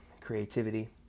creativity